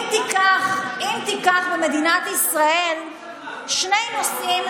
אם תיקח במדינת ישראל שני נושאים,